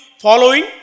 following